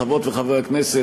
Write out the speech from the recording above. חברות וחברי הכנסת,